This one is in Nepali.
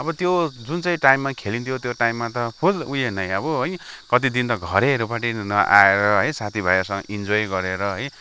अब त्यो जुन चाहिँ टाइममा खेलिन्थ्यो त्यो टाइममा त फुल उयो नि है अब है कति दिन त घरैहरू पनि नआएर है साथी भाइहरूसँग इन्जोय गरेर है